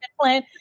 plan